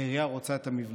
העירייה רוצה את המבנה".